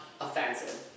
offensive